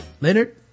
Leonard